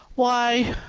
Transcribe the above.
why,